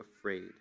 afraid